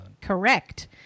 correct